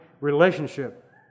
relationship